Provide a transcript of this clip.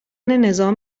نظام